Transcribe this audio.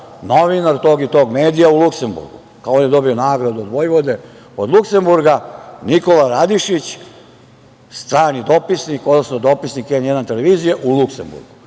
novinar tog i tog medija u Luksemburgu. Kao, on je dobio nagradu vojvode od Luksemburga, Nikola Radišić, strani dopisnik, odnosno dopisnik N1 televizije u Luksemburgu.